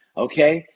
okay,